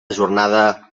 jornada